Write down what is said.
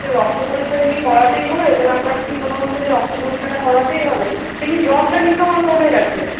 রক্ত পরীক্ষাটা কি করাতেই হবে মানে আপনার কি মনে হচ্ছে যে রক্ত পরীক্ষাটা করাতেই হবে এমনি জ্বরটা কিন্তু আমার কমে গেছে